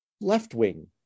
left-wing